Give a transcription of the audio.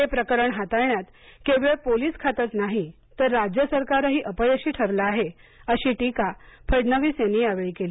हे प्रकरण हाताळण्यात केवळ पोलीस खातेच नाही तर राज्य सरकारही अपयशी ठरलं आहे अशी टीका फडणवीस यांनी यावेळी केली